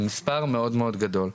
זה מספר מאוד מאוד גדול.